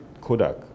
Kodak